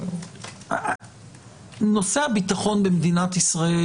אומר - נושא הביטחון במדינת ישראל,